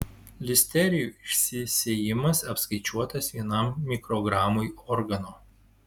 listerijų išsisėjimas apskaičiuotas vienam mikrogramui organo